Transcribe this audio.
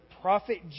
prophet